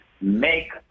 make